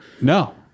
no